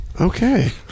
Okay